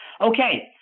Okay